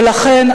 ולכן,